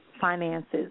finances